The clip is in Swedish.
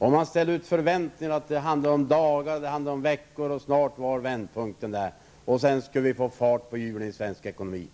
De skapade förväntningar om att det bara handlade om dagar och veckor innan vändpunkten skulle komma. Därefter skulle det bli fart på hjulen i svensk ekonomi.